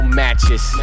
matches